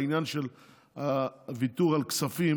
בעניין של הוויתור על כספים.